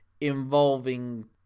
involving